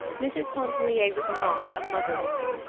mrs. pontellier was not a mother-woman.